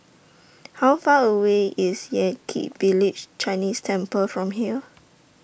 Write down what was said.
How Far away IS Yan Kit Village Chinese Temple from here